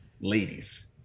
ladies